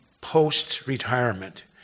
post-retirement